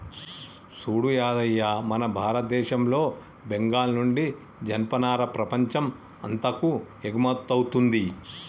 సూడు యాదయ్య మన భారతదేశంలో బెంగాల్ నుండి జనపనార ప్రపంచం అంతాకు ఎగుమతౌతుంది